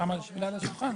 אני מנהלת חטיבה